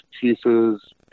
pieces